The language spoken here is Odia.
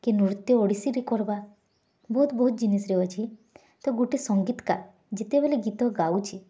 କିଏ ନୃତ୍ୟ ଓଡ଼ିଶୀରେ କରବା ବହୁତ୍ ବହୁତ୍ ଜିନିଷରେ ଅଛି ତ ଗୁଟେ ସଙ୍ଗୀତକାର୍ ଯେତେବେଲେ ଗୀତ ଗାଉଛି